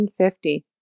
150